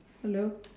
hello